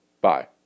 Bye